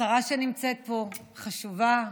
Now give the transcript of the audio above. השרה שנמצאת פה, חשובה,